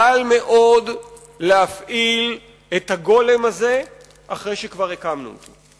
קל מאוד להפעיל את הגולם הזה אחרי שכבר הקמנו אותו.